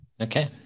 Okay